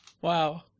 Wow